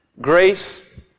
Grace